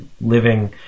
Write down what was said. living